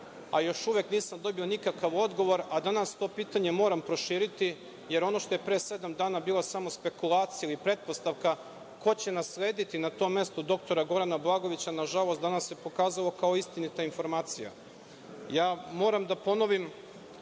a još uvek nisam dobio nikakav odgovor. Danas to pitanje moram proširiti, jer ono što je pre sedam dana bila samo spekulacija ili pretpostavka ko će naslediti na tom mestu dr Gorana Blagojevića, nažalost, danas se pokazalo kao istinita informacija. Moram da ponovim,